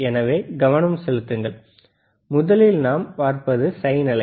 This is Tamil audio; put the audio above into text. எனவே கவனம் செலுத்துங்கள் முதலில் நாம் பார்ப்பது சைன் அலை